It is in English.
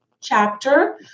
chapter